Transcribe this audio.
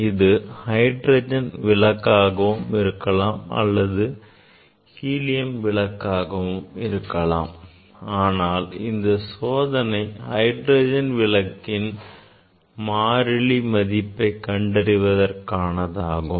இது ஹைட்ரஜன் விளக்காகவும் இருக்கலாம் அல்லது ஹீலியம் விளக்காகவும் இருக்கலாம் ஆனால் இந்த சோதனை ஹைட்ரஜன் விளக்கின் Rydberg மாறிலி மதிப்பை கண்டறிவதற்கானதாகும்